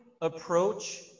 approach